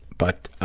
but